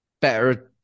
better